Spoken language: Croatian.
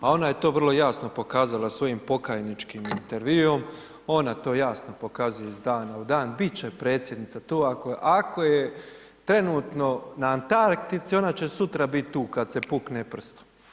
A ona je to vrlo jasno pokazala svojim pokajničkim intervjuom, ona to jasno pokazuje iz dana u dan, bit će predsjednica tu, ako je trenutno na Antartici, ona će sutra biti tu kad se pukne prstom.